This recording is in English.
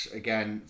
again